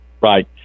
Right